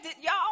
y'all